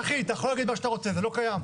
צחי, אתה יכול להגיד מה שאתה רוצה, זה לא קיים.